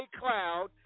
cloud